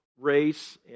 race